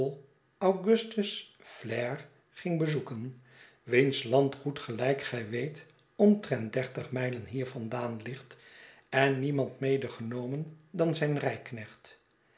ugustus flair ging bezoeken wiens landgoed gelijk gij weet omtrent dertig mijlen hier vandaan ligt en niemand medegenomen dan zijn rijknecht